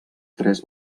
tres